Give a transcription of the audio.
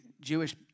Jewish